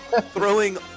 throwing